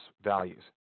values